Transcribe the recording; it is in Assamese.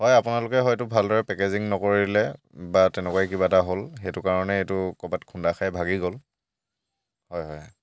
হয় আপোনালোকে ভালদৰে হয়তো পেকেজিং নকৰিলে বা তেনেকুৱাই কিবা এটা হ'ল সেইটো কাৰণে এইটো কৰ'বাত খুন্দা খাই ভাগি গ'ল হয় হয়